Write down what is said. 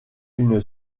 une